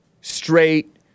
straight